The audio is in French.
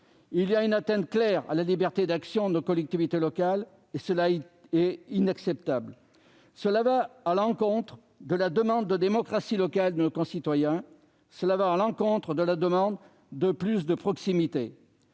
Il s'agit d'une atteinte claire à la liberté d'action de nos collectivités locales : c'est inacceptable ! Cela va à l'encontre de la demande de démocratie locale de nos concitoyens. Cela va à l'encontre de la demande de davantage de proximité.